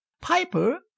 Piper